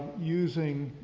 using,